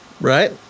Right